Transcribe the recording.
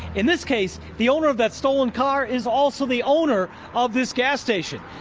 in this case, the owner of that stolen car is also the owner of this gas station.